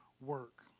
work